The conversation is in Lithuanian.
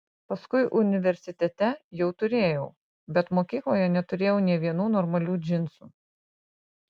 paskui universitete jau turėjau bet mokykloje neturėjau nė vienų normalių džinsų